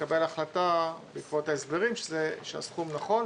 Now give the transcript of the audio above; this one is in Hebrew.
ושנקבל החלטה בעקבות ההסברים שהסכום נכון.